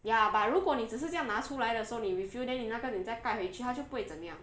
ya but 如果你只是这样拿出来的时候你 refill then 你那个你在盖回去它就不会怎样